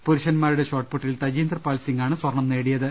പുരുഷന്മാരുടെ ഷോട്ട്പുട്ടിൽ തജീന്ദർപാൽസിം ഗാണ് സ്വർണം നേടിയത്